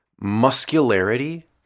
muscularity